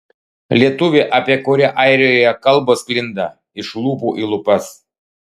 lietuvė apie kurią airijoje kalbos sklinda iš lūpų į lūpas